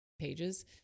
pages